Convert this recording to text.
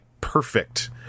perfect